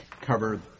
cover